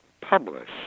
publish